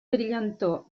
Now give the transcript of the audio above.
brillantor